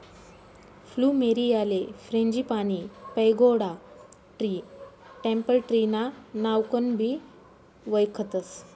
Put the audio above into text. फ्लुमेरीयाले frangipani, pagoda tree, temple tree ना नावकनबी वयखतस